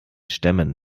stämmen